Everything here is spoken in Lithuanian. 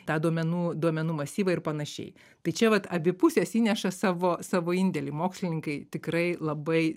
tą duomenų duomenų masyvą ir panašiai tai čia vat abi pusės įneša savo savo indėlį mokslininkai tikrai labai